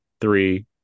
three